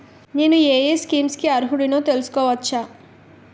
నేను యే యే స్కీమ్స్ కి అర్హుడినో తెలుసుకోవచ్చా?